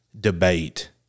debate